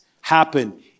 happen